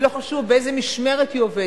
ולא חשוב באיזה משמרת היא עובדת,